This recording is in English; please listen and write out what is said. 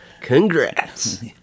Congrats